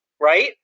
right